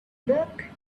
book